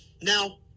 Now